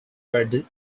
were